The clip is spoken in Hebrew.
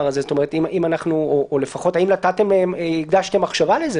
הזה או לפחות האם הקדשתם מחשבה לזה.